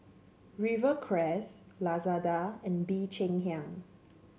Rivercrest Lazada and Bee Cheng Hiang